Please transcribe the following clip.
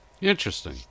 Interesting